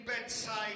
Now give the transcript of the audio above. bedside